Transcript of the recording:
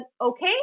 okay